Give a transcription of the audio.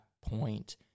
point